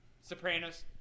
Sopranos